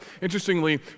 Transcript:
Interestingly